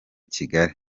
kigali